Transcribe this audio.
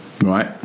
Right